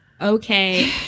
okay